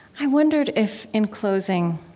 i wondered if, in closing,